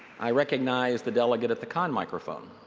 i recognize the delegate at the con microphone.